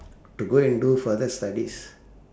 to go and do further studies